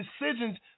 decisions